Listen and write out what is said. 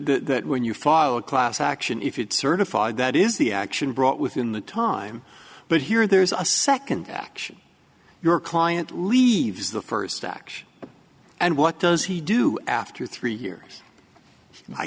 when you file a class action if it's certified that is the action brought within the time but here there's a second action your client leaves the first action and what does he do after three years i